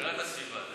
ועדת הסביבה.